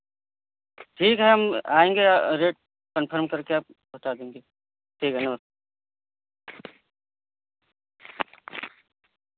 ठीक है हम आएँगे रेट कन्फर्म करके आपको बता देंगे ठीक है नमस्ते